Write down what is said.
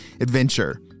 adventure